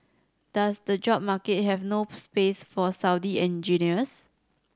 does the job market have no space for Saudi engineers